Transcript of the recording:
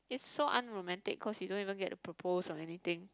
it's so unromantic cause you don't even get a propose or anything